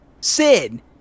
Sid